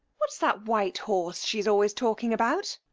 what's that white horse she's always talking about?